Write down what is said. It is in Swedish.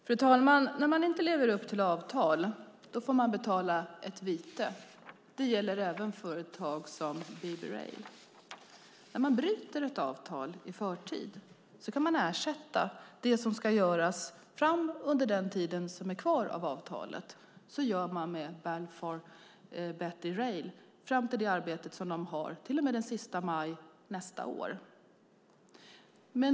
Fru talman! När man inte lever upp till avtal får man betala ett vite. Det gäller även företag som BB Rail. När man bryter ett avtal i förtid kan man ersätta det som ska göras under den tid av avtalet som är kvar. Så gör man med Balfour Beatty Rail fram till den 31 maj nästa år.